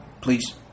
Please